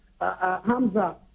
Hamza